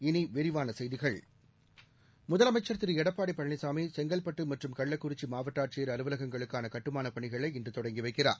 இனி விரிவான செய்திகள் முதலமைச்சா் திரு எடப்பாடி பழனிசாமி செங்கல்பட்டு மற்றும் கள்ளக்குறிச்சி மாவட்ட ஆட்சியர் அலுவலங்களுக்கான கட்டுமானப் பணிகளை இன்று தொடங்கி வைக்கிறார்